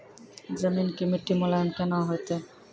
जमीन के मिट्टी मुलायम केना होतै?